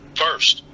first